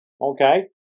okay